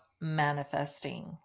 manifesting